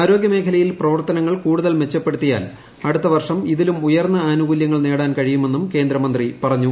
ആരോഗൃ മേഖലയില്ലെ പ്രവർത്തനങ്ങൾ കൂടുതൽ മെച്ചപ്പെടുത്തി യാൽ അടുത്ത വർഷം ഇതിലും ഉയർന്ന ആനുകൂല്യങ്ങൾ നേടാൻ കഴിയുമെന്നും കേന്ദ്രമന്ത്രി പറഞ്ഞു